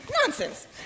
Nonsense